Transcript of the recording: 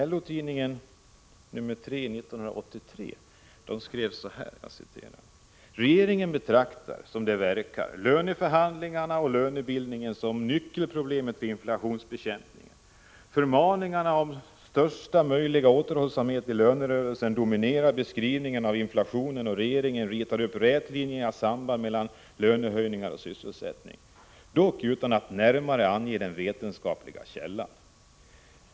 LO-tidningen, nr 43 för år 1983, skrev så här: ”Regeringen betraktar, som det verkar, löneförhandlingarna och lönebildningen som nyckelproblemet för inflationsbekämpningen. Förmaningarna om största möjliga återhållsamhet i lönerörelsen dominerar beskrivningarna av inflationen och regeringen ritar upp rätlinjiga samband mellan lönehöjningar och sysselsättning — dock utan att närmare ange den vetenskapliga källan.